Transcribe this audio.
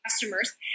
customers